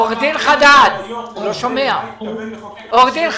עו"ד חדד, אני